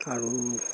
কাৰণ